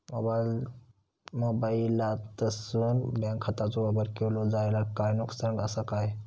मोबाईलातसून बँक खात्याचो वापर केलो जाल्या काय नुकसान असा काय?